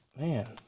man